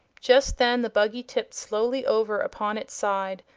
just then the buggy tipped slowly over upon its side,